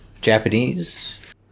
Japanese